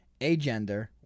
agender